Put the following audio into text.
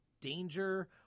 danger